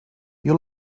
you